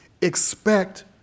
expect